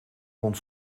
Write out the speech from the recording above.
vond